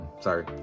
sorry